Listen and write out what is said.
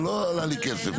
זה לא עלה לי כסף.